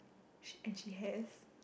sh~ and she has